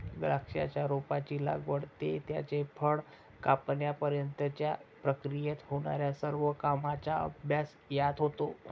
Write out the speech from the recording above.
द्राक्षाच्या रोपाची लागवड ते त्याचे फळ कापण्यापर्यंतच्या प्रक्रियेत होणार्या सर्व कामांचा अभ्यास यात होतो